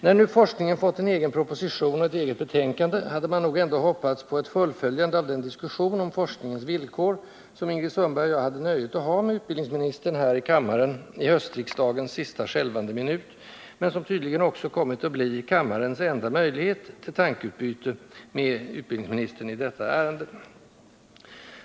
När nu forskningen fått en egen proposition och ett eget betänkande hade man nog ändå hoppats på ett fullföljande av den diskussion om forskningens villkor som Ingrid Sundberg och jag hade nöjet att ha med utbildningsministern här i kammaren i höstriksdagens sista skälvande minut men som uppenbarligen också blivit kammarens enda möjlighet till tankeutbyte med utbildningsministern i detta ärende.